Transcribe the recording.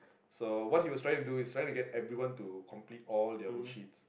so what he was trying to do is trying to get everyone to try complete all their worksheets